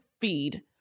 feed